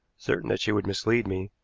certain that she would mislead me,